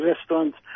restaurants